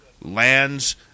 lands